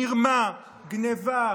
מרמה, גנבה.